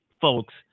folks